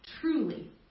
truly